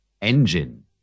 Engine